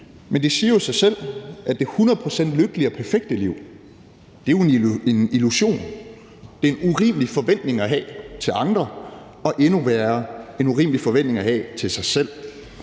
Men det siger jo sig selv, at det hundrede procent lykkelige og perfekte liv er en illusion. Det er en urimelig forventning at have til andre og endnu værre: en urimelig forventning at have til sig selv.